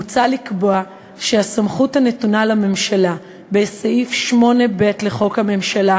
מוצע לקבוע שהסמכות הנתונה לממשלה בסעיף 8ב לחוק הממשלה,